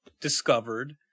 discovered